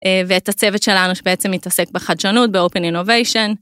ואת הצוות שלנו שבעצם מתעסק בחדשנות ב- open innovation.